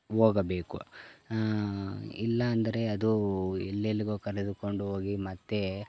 ಹೋಗಬೇಕು ಇಲ್ಲಂದರೆ ಅದು ಎಲ್ಲೆಲ್ಗೋ ಕರೆದುಕೊಂಡು ಹೋಗಿ ಮತ್ತೆ